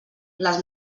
les